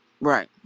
Right